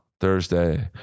Thursday